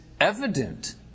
evident